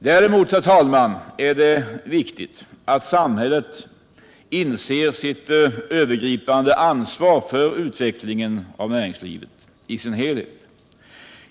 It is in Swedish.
Det är däremot viktigt att samhället inser sitt övergripande ansvar för utvecklingen inom näringslivet i dess helhet.